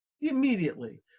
immediately